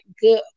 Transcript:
good